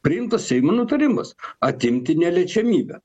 priimtas seimo nutarimas atimti neliečiamybę